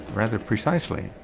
rather precisely,